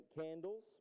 candles